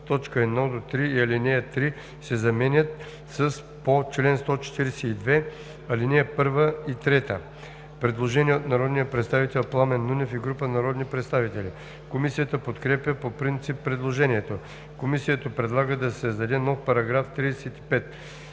1, т. 1 – 3 и ал. 3“ се заменят с „по чл. 142, ал. 1 и 3“. Предложение от народния представител Пламен Нунев и група народни представители. Комисията подкрепя по принцип предложението. Комисията предлага да се създаде нов § 35: „§ 35.